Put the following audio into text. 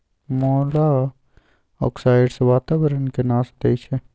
मोलॉक्साइड्स वातावरण के नाश देई छइ